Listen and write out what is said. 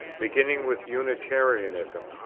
beginning with unitarianism,